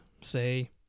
say